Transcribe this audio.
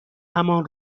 همان